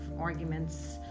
arguments